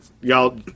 y'all